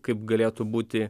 kaip galėtų būti